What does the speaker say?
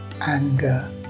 anger